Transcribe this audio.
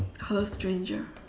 hello stranger